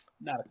No